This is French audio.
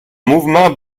mouvement